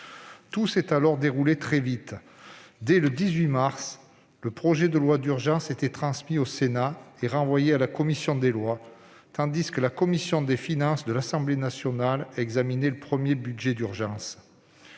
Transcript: Tout s'est alors déroulé très vite. Dès le 18 mars suivant, le projet de loi d'urgence était transmis au Sénat et renvoyé à la commission des lois, tandis que la commission des finances de l'Assemblée nationale examinait le premier budget d'urgence